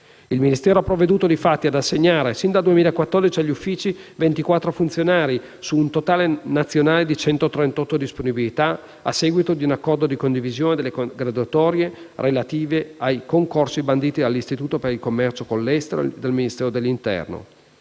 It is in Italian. Il Ministero ha provveduto, difatti, ad assegnare sin dal 2014 agli uffici 24 funzionari, su un totale nazionale di 138 disponibilità, a seguito di un accordo di condivisione delle graduatorie relative a concorsi banditi dall'Istituto per il commercio con l'estero e dal Ministero dell'interno.